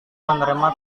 menerima